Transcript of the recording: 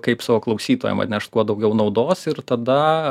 kaip savo klausytojam atnešt kuo daugiau naudos ir tada